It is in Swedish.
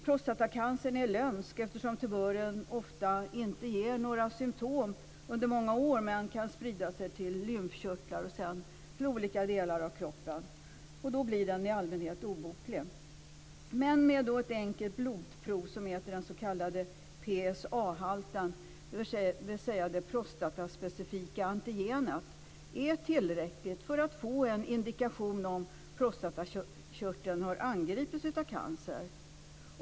Prostatacancern är lömsk, eftersom tumören ofta inte ger några symtom under många år men kan sprida sig till lymfkörtlar och olika delar av kroppen. Då blir den obotlig. Men ett enkelt blodprov som mäter den s.k. PSA-halten, dvs. det prostataspecifika antigenet, är tillräckligt för att få indikation om prostatakörteln har angripits av cancer.